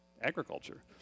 agriculture